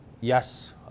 yes